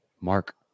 Mark